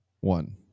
one